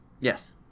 yes